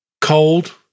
cold